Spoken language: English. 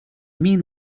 mean